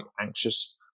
anxious